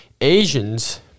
Asians